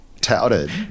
touted